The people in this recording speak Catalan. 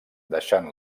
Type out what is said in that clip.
deixant